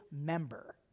member